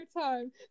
time